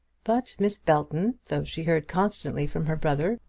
but miss belton, though she heard constantly from her brother,